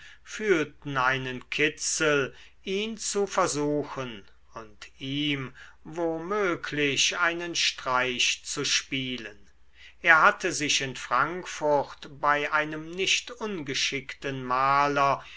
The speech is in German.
fühlten einen kitzel ihn zu versuchen und ihm wo möglich einen streich zu spielen er hatte sich in frankfurt bei einem nicht ungeschickten maler